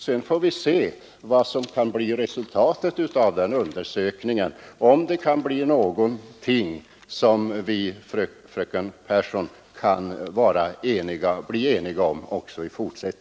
Sedan får vi se vad som kan bli resultatet av denna översyn och om vi kan bli ense också om det.